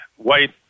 White